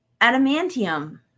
adamantium